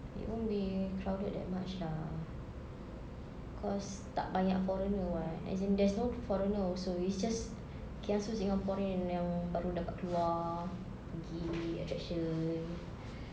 it won't be crowded that much lah cause tak banyak foreigner [what] as in there's no foreigner also it's just kiasu singaporean yang baru dapat keluar pergi attraction